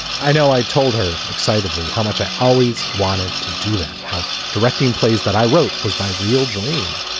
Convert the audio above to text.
i know. i told her excitedly how much i always wanted to do that how directing plays that i wrote was my real dream.